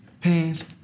pants